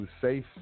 safe